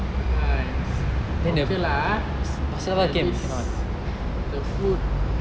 okay lah ah at least the food